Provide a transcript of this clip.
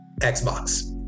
Xbox